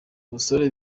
musore